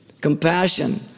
compassion